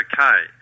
Okay